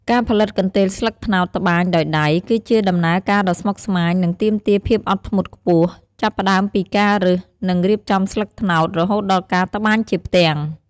ការផលិតកន្ទេលស្លឹកត្នោតត្បាញដោយដៃ គឺជាដំណើរការដ៏ស្មុគស្មាញ និងទាមទារភាពអត់ធ្មត់ខ្ពស់ ចាប់ផ្ដើមពីការរើស និងរៀបចំស្លឹកត្នោត រហូតដល់ការត្បាញជាផ្ទាំង។